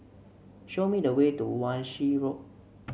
show me the way to Wan Shih Road